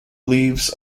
leaves